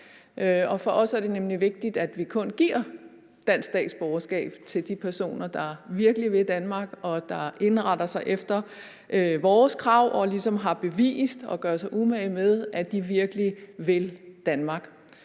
For os er det nemlig vigtigt, at vi kun giver dansk statsborgerskab til de personer, der virkelig vil Danmark, og som indretter sig efter vores krav og ligesom har bevist og gør sig umage med, at de virkelig vil Danmark.